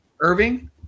Irving